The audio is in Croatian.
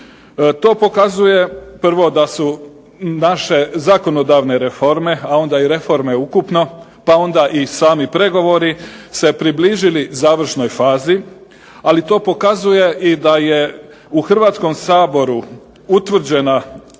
To pokazuje prvo da su naše zakonodavne reforme, a onda i reforme ukupno, pa onda i sami pregovori se približili završnoj fazi, ali to pokazuje i da je u Hrvatskom saboru utvrđena